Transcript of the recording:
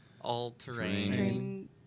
All-terrain